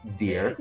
dear